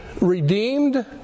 redeemed